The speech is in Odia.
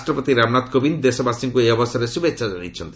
ରାଷ୍ଟ୍ରପତି ରାମନାଥ କୋବିନ୍ଦ ଦେଶବାସୀଙ୍କୁ ଏହି ଅବସରରେ ଶୁଭେଚ୍ଛା ଜଣାଇଛନ୍ତି